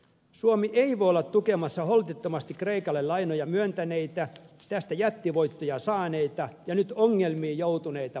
suomi ei voi olla tukemassa holtittomasti kreikalle lainoja myöntäneitä tästä jättivoittoja saaneita ja nyt ongelmiin joutuneita pankkeja